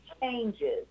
changes